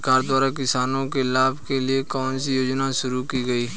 सरकार द्वारा किसानों के लाभ के लिए कौन सी योजनाएँ शुरू की गईं?